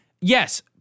yes